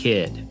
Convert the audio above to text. Kid